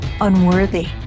unworthy